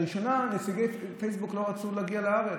בראשונה נציגי פייסבוק לא רצו להגיע לארץ,